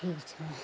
ठीक छै